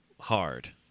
hard